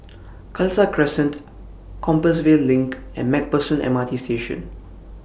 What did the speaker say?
Khalsa Crescent Compassvale LINK and MacPherson M R T Station